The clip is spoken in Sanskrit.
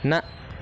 न